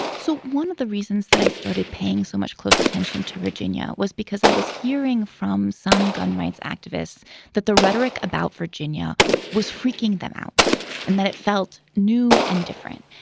so one of the reasons that i started paying so much close attention to virginia was because i was hearing from some gun rights activists that the rhetoric about virginia was freaking them out and that it felt new and different.